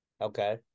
okay